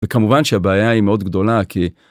וכמובן שהבעיה היא מאוד גדולה כי